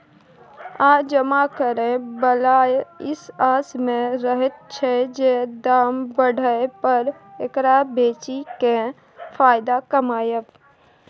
आ जमा करे बला ई आस में रहैत छै जे दाम बढ़य पर एकरा बेचि केँ फायदा कमाएब